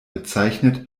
bezeichnet